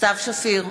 סתיו שפיר,